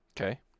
Okay